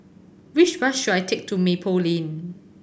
which bus should I take to Maple Lane